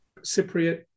Cypriot